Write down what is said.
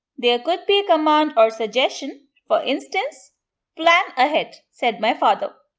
there could be a command or suggestion. for instance plan ahead, said my father.